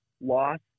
loss